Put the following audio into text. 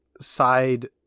side